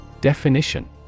Definition